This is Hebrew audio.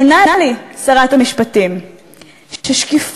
עונה לי שרת המשפטים ששקיפות,